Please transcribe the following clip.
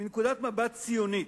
מנקודת מבט ציונית,